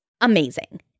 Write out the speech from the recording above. amazing